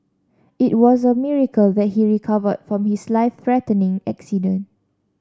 it was a miracle that he recovered from his life threatening accident